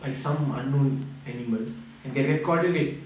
by some unknown animal and they recorded it